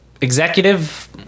executive